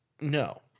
No